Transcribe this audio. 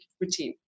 routine